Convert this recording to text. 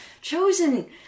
Chosen